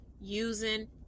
using